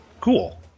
cool